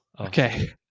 Okay